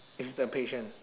is the patient